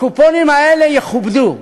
הקופונים האלה יכובדו.